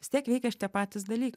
vis tiek veikia tišie patys dalykai